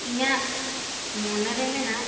ᱤᱧᱟᱹᱜ ᱢᱚᱱᱮ ᱨᱮ ᱢᱮᱱᱟᱜ